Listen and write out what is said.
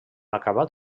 acabat